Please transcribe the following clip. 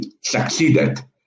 succeeded